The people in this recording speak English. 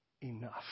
enough